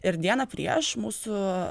ir dieną prieš mūsų